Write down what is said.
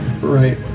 right